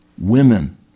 women